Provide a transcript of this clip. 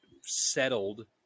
settled